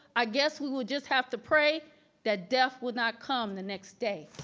i guess we would just have to pray that death would not come the next day.